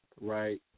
right